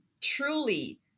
truly